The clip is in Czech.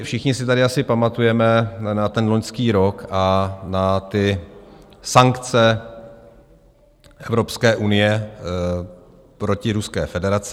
Všichni si tady asi pamatujeme na loňský rok a na sankce Evropské unie proti Ruské federaci.